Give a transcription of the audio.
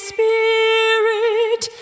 Spirit